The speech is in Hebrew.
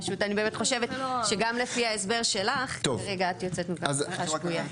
פשוט אני חושבת שגם לפי ההסבר שלך כרגע את יוצאת מתוך הנחה שגויה.